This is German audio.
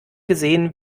gesehen